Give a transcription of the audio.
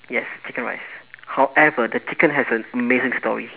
yes chicken rice however the chicken has an amazing stories